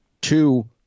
Two